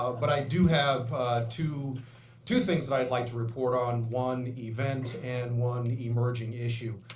ah but i do have two two things that i'd like to report on, one event and one emerging issue.